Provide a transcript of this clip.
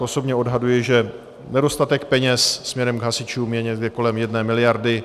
Osobně odhaduji, že nedostatek peněz směrem k hasičům je někde kolem jedné miliardy.